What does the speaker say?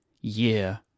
year